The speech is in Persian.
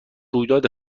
رویداد